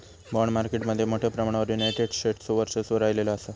bond market मध्ये मोठ्या प्रमाणावर युनायटेड स्टेट्सचो वर्चस्व राहिलेलो असा